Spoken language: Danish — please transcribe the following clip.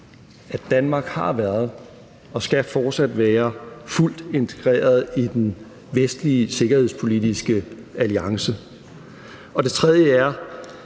at Danmark har været og fortsat skal være fuldt integreret i den vestlige sikkerhedspolitiske alliance. Den tredje er